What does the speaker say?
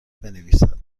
بنویسد